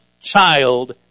child